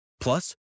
Plus